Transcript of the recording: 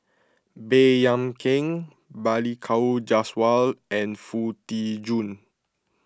Baey Yam Keng Balli Kaur Jaswal and Foo Tee Jun